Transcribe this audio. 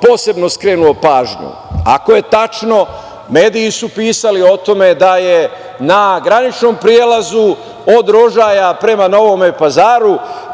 posebno skrenuo pažnju. Ako je tačno, mediji su pisali o tome, da je na graničnom prelazu od Rožaja prema Novom Pazaru